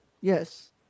Yes